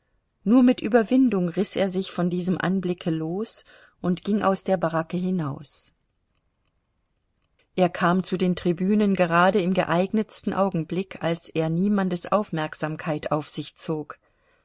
nur mit überwindung riß er sich von diesem anblicke los und ging aus der baracke hinaus er kam zu den tribünen gerade im geeignetsten augenblick als er niemandes aufmerksamkeit auf sich zog